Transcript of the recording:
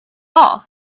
all